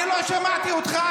אני לא שמעתי אותך,